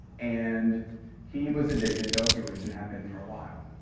and he was addicted to opioids, and has been for a while.